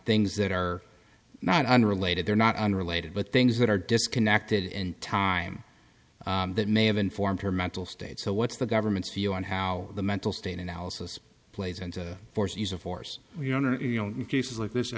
things that are not unrelated they're not unrelated but things that are disconnected in time that may have informed her mental state so what's the government's view on how the mental state analysis plays into force use of force your honor you know in cases like this i